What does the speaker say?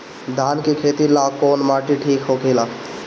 धान के खेती ला कौन माटी ठीक होखेला?